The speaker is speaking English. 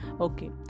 Okay